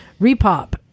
repop